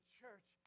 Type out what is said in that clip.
church